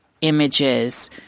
images